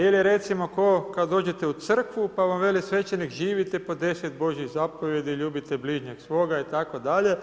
Ili recimo, kao kad dođete u crkvu pa vam veli svećenik živite po 10 božjih zapovjedi, ljubite bližnjega svoga itd.